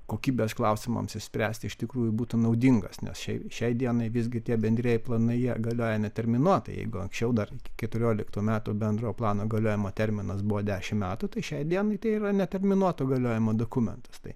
kokybės klausimams išspręsti iš tikrųjų būtų naudingas nes šiai šiai dienai visgi tie bendrieji planai jie galioja neterminuotai jeigu anksčiau dar keturioliktų metų bendrojo plano galiojimo terminas buvo dešimt metų tai šiai dienai tai yra neterminuoto galiojimo dokumentas tai